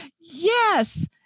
Yes